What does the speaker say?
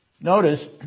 Notice